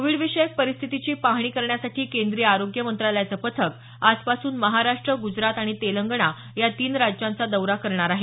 Covid विषयक परिस्थितीची पाहणी करण्यासाठी केंद्रीय आरोग्य मंत्रालयाचं पथक आजपासून महाराष्ट्र गुजरात आणि तेलंगणा या तीन राज्यांचा दौरा करणार आहे